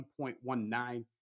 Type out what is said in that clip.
1.19